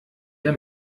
der